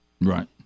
Right